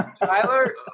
Tyler